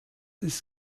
ist